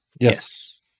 Yes